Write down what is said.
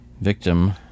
victim